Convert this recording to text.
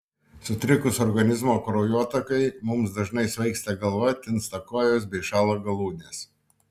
sutrikus organizmo kraujotakai mums dažnai svaigsta galva tinsta kojos bei šąla galūnės